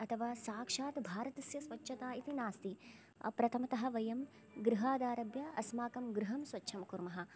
अथवा साक्षात् भारतस्य स्वच्छता इति नास्ति प्रथमतः वयं गृहादारभ्य अस्माकं गृहं स्वच्छं कुर्मः